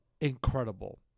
incredible